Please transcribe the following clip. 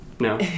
No